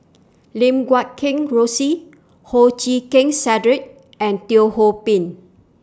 Lim Guat Kheng Rosie Hoo Chee Keng Cedric and Teo Ho Pin